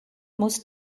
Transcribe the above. muss